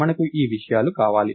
మనకు ఈ విషయాలు కావాలి